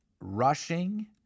rushing